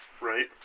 right